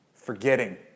forgetting